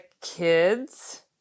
kids